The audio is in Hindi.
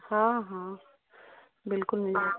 हाँ हाँ बिल्कुल मिल